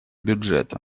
бюджета